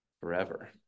forever